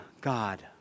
God